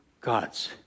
gods